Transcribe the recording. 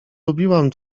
lubiłam